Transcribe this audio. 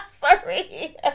Sorry